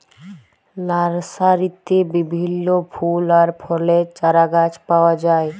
লার্সারিতে বিভিল্য ফুল আর ফলের চারাগাছ পাওয়া যায়